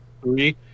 three